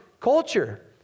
culture